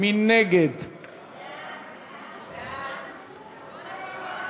מי נגד?